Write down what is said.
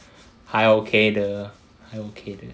还 okay 的 okay 的